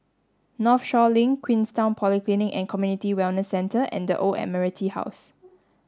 Northshore Link Queenstown Polyclinic and Community Wellness Centre and The Old Admiralty House